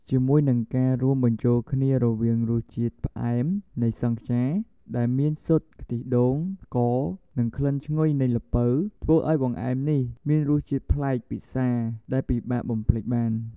ជាមួយនឹងការរួមបញ្ចូលគ្នារវាងរសជាតិផ្អែមនៃសង់ខ្យា ដែលមាន ស៊ុត ខ្ទិះដូង ស្ករ និងក្លិនឈ្ងុយនៃល្ពៅ ធ្វើឲ្យបង្អែមនេះមានរសជាតិប្លែកពិសាដែលពិបាកបំភ្លេចបាន។